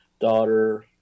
daughter